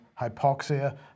hypoxia